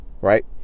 right